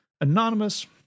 anonymous